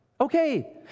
Okay